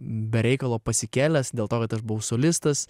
be reikalo pasikėlęs dėl to kad aš buvau solistas